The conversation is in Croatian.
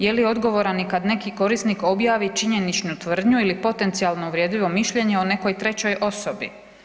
Je li odgovoran i kada neki korisnik objavi činjeničnu tvrdnju ili potencijalno uvredljivo mišljenje o nekoj trećoj osobi?